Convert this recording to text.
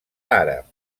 àrab